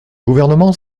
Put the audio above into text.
gouvernement